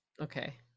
Okay